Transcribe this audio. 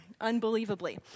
unbelievably